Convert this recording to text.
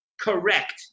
correct